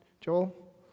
Joel